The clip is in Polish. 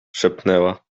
szepnęła